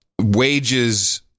Wages